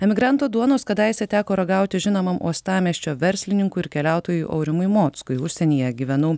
emigranto duonos kadaise teko ragauti žinomam uostamiesčio verslininkui ir keliautojui aurimui mockui užsienyje gyvenau